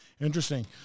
Interesting